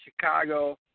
Chicago